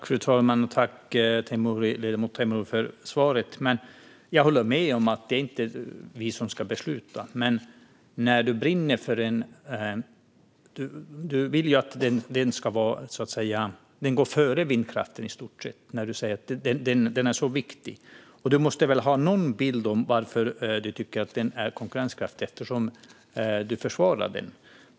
Fru talman! Tack, ledamot Teimouri, för svaret! Jag håller med om att det inte är vi som ska besluta. Men du brinner ju för kärnkraften och menar att den i stort sett ska gå före vindkraften. Du säger att den är så viktig. Du måste väl ha någon idé om varför den är konkurrenskraftig eftersom du försvarar den?